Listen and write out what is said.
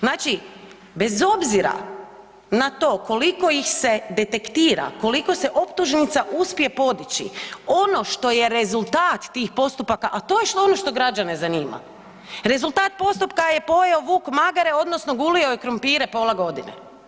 Znači, bez obzira na to koliko ih se detektira, koliko se optužnica uspije podići ono što je rezultat tih postupaka, a to je ono što građane zanima, rezultat postupka je pojeo vuk magare odnosno gulio je krumpire pola godine.